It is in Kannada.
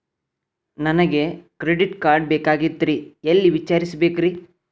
ನನಗೆ ಕ್ರೆಡಿಟ್ ಕಾರ್ಡ್ ಬೇಕಾಗಿತ್ರಿ ಎಲ್ಲಿ ವಿಚಾರಿಸಬೇಕ್ರಿ?